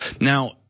Now